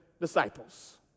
disciples